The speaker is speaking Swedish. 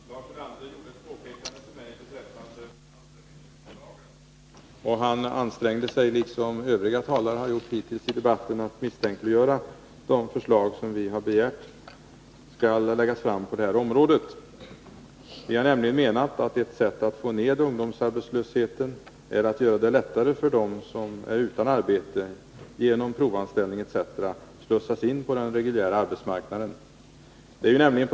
Fru talman! Lars Ulander gjorde ett påpekande till mig beträffande anställningsskyddslagen, och han ansträngde sig— liksom övriga talare hittills i debatten har gjort — att misstänkliggöra de förslag som vi har begärt skall läggas fram på det här området. Vi har nämligen menat att ett sätt att få ned ungdomsarbetslösheten är att göra det lättare för dem som är utan arbete att genom provanställning etc. slussas in på den reguljära arbetsmarknaden.